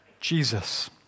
Jesus